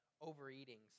overeating